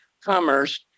commerce